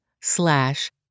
slash